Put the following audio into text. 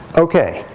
ok,